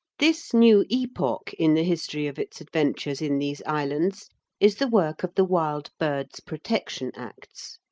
this new epoch in the history of its adventures in these islands is the work of the wild birds' protection acts.